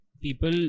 People